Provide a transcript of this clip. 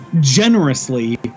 generously